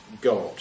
God